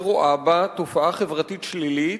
מדיניות הרואה בה תופעה חברתית שלילית